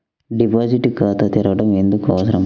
Deposit ఖాతా తెరవడం ఎందుకు అవసరం?